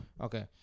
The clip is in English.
Okay